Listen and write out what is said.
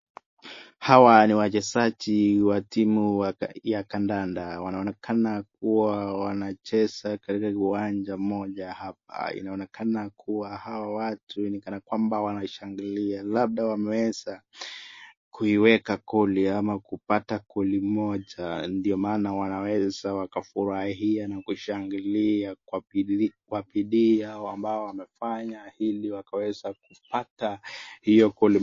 Hawa ni wachezaji wa timu ya Kandanda. Wanaonekana kuwa wanacheza katika uwanja moja hapa. Inaonekana kuwa hawa watu ni kana kwamba wanashangilia. Labda wameweza kuiweka goli ama kupata goli moja. Ndio maana wanaweza wakafurahia na kushangilia kwa bidii hao ambao wamefanya hili wakaweza kupata hiyo goli.